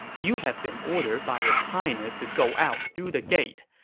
you have been ordered by his highness to go out through the gates.